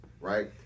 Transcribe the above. right